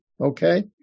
Okay